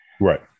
Right